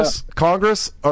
Congress